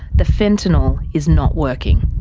the fentanyl is not working.